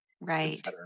Right